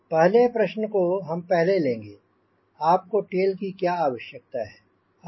पहले प्रश्न को हम पहले लेंगे आपको टेल की क्या आवश्यकता है